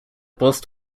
post